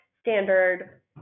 standard